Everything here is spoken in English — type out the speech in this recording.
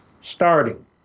Starting